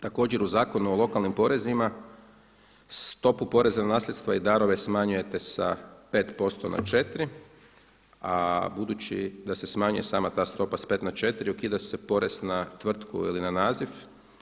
Također u Zakonu o lokalnim porezima stopu poreza na nasljedstva i darove smanjujete sa 5% na 4, a budući da se smanjuje sama ta stopa sa 5 na 4 ukida se porez na tvrtku ili na naziv.